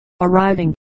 arriving